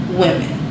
women